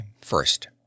first